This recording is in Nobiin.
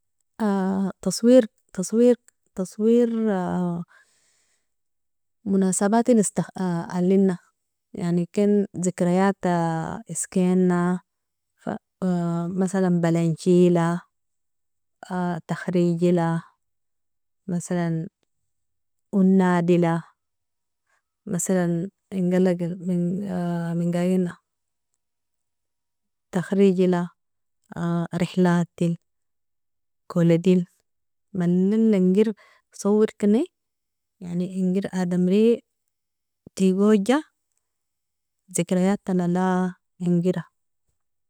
تصوير تصوير تصوير monasabatil istahk allina, yani ken zikriyata iskena, مثلا balenchila, takhrijila, مثلا unadila, مثلا in galagagil minga igina takhrijila, rihlatil, kolidil malill ingir sawirkini yani ingir adamri tigoja zikriyata nala ingira.